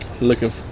looking